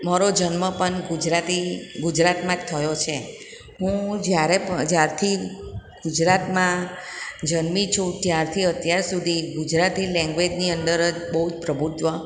મારો જન્મ પણ ગુજરાતી ગુજરાતમાં જ થયો છે હું જ્યારે પ જ્યારથી ગુજરાતમાં જન્મી છું ત્યારથી અત્યાર સુધી ગુજરાતી લેન્ગ્વેજની અંદર જ બહુ પ્રભુત્વ